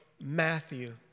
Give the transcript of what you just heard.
Matthew